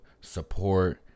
support